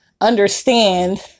understand